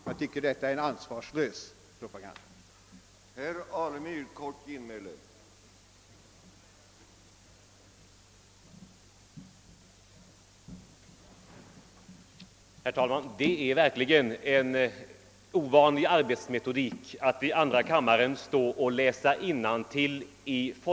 Jag tycker att detta är en ansvarslös propaganda.